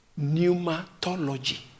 pneumatology